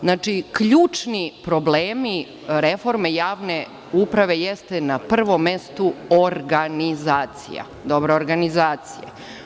Znači, ključni problemi reforme javne uprave jeste na prvom mestu organizacija, dobra organizacija.